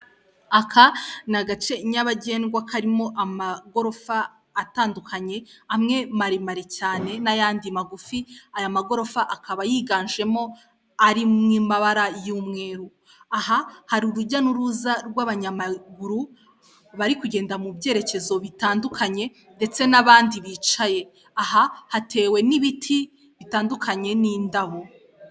Aka ni agace nyabagendwa karimo amagorofa atandukanye, amwe maremare cyane n'ayandi magufi, aya magorofa akaba yiganjemo ari mu mabara y'umweru, aha hari urujya n'uruza rw'abanyamaguru bari kugenda mu byerekezo bitandukanye, ndetse n'abandi bicaye, aha hatewe n'ibiti bitandukanye n'indabo.